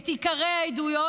את עיקרי העדויות,